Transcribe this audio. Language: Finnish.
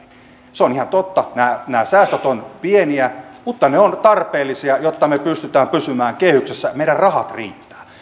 se on ihan totta että nämä säästöt ovat pieniä mutta ne ovat tarpeellisia jotta me pystymme pysymään kehyksessä meidät rahat riittävät